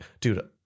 dude